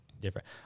different